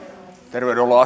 terveydenhuollon